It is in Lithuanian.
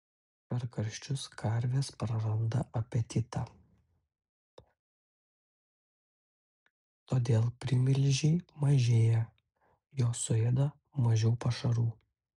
per karščius karvės praranda apetitą todėl primilžiai mažėja jos suėda mažiau pašarų